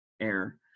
air